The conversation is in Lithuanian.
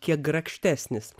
kiek grakštesnis